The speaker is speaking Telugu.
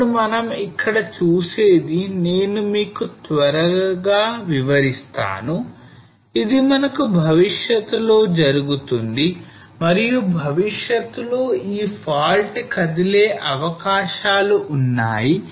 ఇప్పుడు మనం ఇక్కడ చూసేది నేను మీకు త్వరగా వివరిస్తాను ఇది మనకు భవిష్యత్తులో జరుగుతుంది మరియు భవిష్యత్తులో ఈ fault కదిలే అవకాశాలు ఉన్నాయి